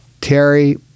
terry